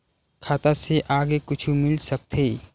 खाता से आगे कुछु मिल सकथे?